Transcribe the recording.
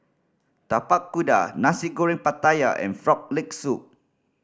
Tapak Kuda Nasi Goreng Pattaya and Frog Leg Soup